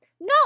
No